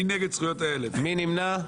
מי נמנע?